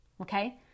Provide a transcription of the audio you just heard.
okay